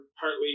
partly